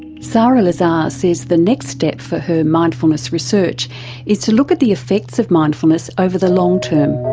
sara lazar says the next step for her mindfulness research is to look at the effects of mindfulness over the long term.